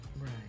Right